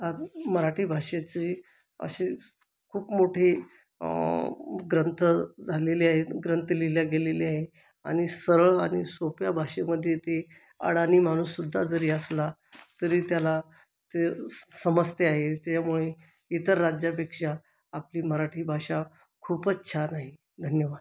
आणि मराठी भाषेचे असेच खूप मोठे ग्रंथ झालेले आहेत ग्रंथ लिहिले गेलेले आहे आणि सरळ आणि सोप्या भाषेमध्ये ते अडाणी माणूससुद्धा जरी असला तरी त्याला ते समजते आहे त्यामुळे इतर राज्यापेक्षा आपली मराठी भाषा खूपच छान आहे धन्यवाद